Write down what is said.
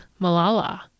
malala